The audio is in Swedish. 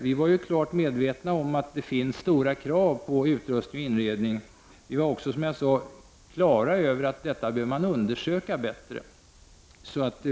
Vi har varit klart medvetna om att det ställs stora krav på utrustning och inredning, och vi har varit klara över att detta bör undersökas bättre.